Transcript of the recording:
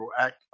Act